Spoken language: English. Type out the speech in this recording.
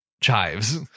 chives